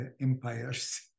empires